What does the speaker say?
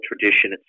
tradition